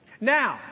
Now